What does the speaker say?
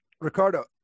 Ricardo